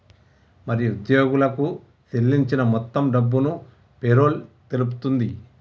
మరి ఉద్యోగులకు సేల్లించిన మొత్తం డబ్బును పేరోల్ తెలుపుతుంది